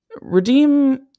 Redeem